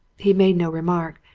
he made no remark,